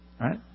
Right